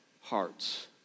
hearts